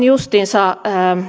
justiinsa